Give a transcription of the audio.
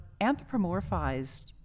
anthropomorphized